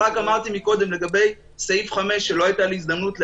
אבל רק אמרתי מקודם לגבי סעיף 5 שלא הייתה לי הזדמנות להגיד,